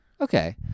Okay